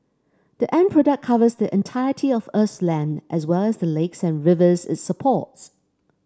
the end product covers the entirety of Earth's land as well as the lakes and rivers it supports